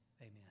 Amen